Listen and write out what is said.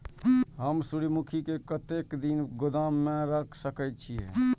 हम सूर्यमुखी के कतेक दिन गोदाम में रख सके छिए?